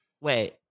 wait